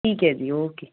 ਠੀਕ ਹੈ ਜੀ ਓਕੇ